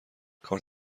کارت